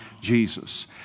Jesus